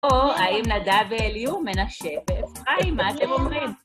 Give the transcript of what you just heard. או האם נדב ואליהוא מן השבט. היי, מה אתם אומרים?